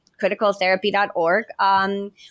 criticaltherapy.org